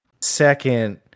Second